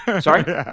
sorry